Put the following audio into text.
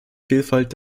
vielfalt